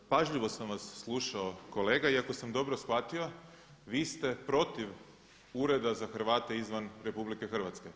Pažljivo sam vas slušao kolega i ako sam dobro shvatio vi ste protiv Ureda za Hrvate izvan RH.